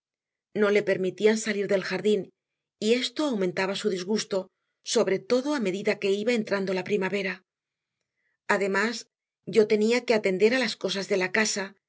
no le permitían salir del jardín y esto aumentaba su disgusto sobre todo a medida que iba entrando la primavera además yo tenía que atender a las cosas de la casa